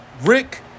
Rick